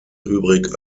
übrig